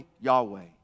Yahweh